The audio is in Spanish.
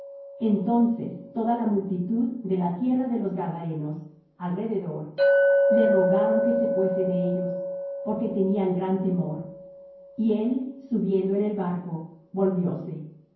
entonces toda la multitud de la tierra de los gadarenos alrededor le rogaron que se fuese de ellos porque tenían gran temor y él subiendo en el barco volvióse y